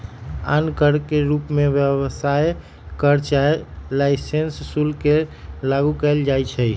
आन कर के रूप में व्यवसाय कर चाहे लाइसेंस शुल्क के लागू कएल जाइछै